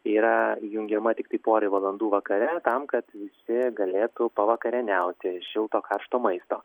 yra jungiama tiktai porai valandų vakare tam kad visi galėtų pavakarieniauti šilto karšto maisto